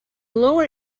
lower